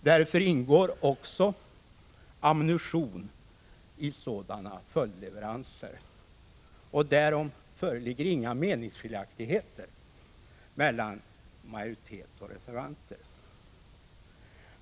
Därför ingår också ammunition i sådana följdleveranser, och därom föreligger inga meningsskiljaktigheter mellan majoriteten och reservanterna.